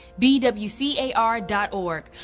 bwcar.org